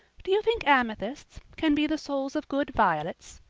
do you think amethysts can be the souls of good violets?